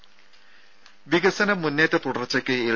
രുര വികസന മുന്നേറ്റ തുടർച്ചയ്ക്ക് എൽ